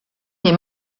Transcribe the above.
les